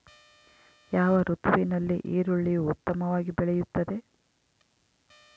ಯಾವ ಋತುವಿನಲ್ಲಿ ಈರುಳ್ಳಿಯು ಉತ್ತಮವಾಗಿ ಬೆಳೆಯುತ್ತದೆ?